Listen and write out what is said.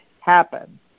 happen